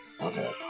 Okay